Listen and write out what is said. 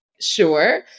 Sure